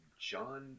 John